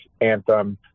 Anthem